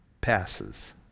passes